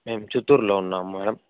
మేము చిత్తూరులో ఉన్నాము మ్యాడమ్